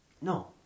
No